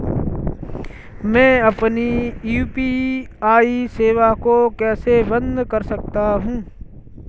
मैं अपनी यू.पी.आई सेवा को कैसे बंद कर सकता हूँ?